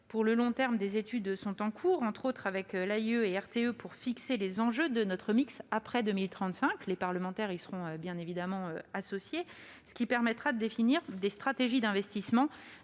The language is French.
Pour le long terme, des études sont en cours, entre autres avec l'AIE et RTE, pour fixer les enjeux de notre mix après 2035- les parlementaires y seront bien évidemment associés -, ce qui permettra de définir des stratégies d'investissement